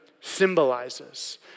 symbolizes